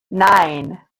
nine